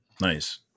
Nice